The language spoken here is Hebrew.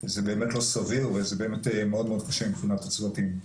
זה באמת לא סביר וזה באמת מאוד קשה מבחינת הצוותים.